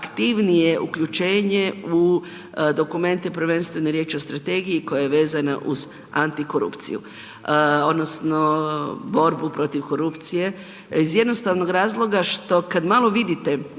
aktivnije uključenje u dokumente prvenstveno je riječ o strategiji koja je vezana uz Anti korupciju odnosno borbu protiv korupcije, iz jednostavnog razloga što kad malo vidite